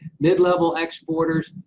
mid-level exporters,